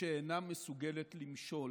שאינה מסוגלת למשול